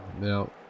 now